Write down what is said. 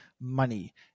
money